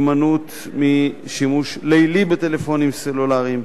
הימנעות משימוש לילי בטלפונים סלולריים,